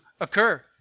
occur